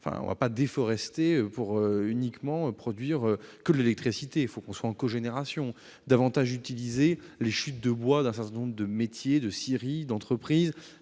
On ne va pas déforester pour ne produire que de l'électricité. Il faut être en cogénération et davantage utiliser les chutes de bois d'un certain nombre de métiers, de scieries, d'entreprises.